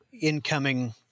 incoming